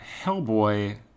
hellboy